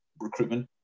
recruitment